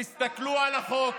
אתה לא עושה כלום